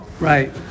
Right